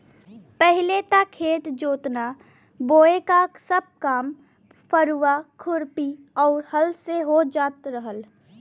पहिले त खेत जोतना बोये क सब काम फरुहा, खुरपी आउर हल से हो जात रहल